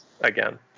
again